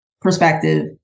perspective